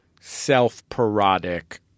self-parodic